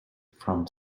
from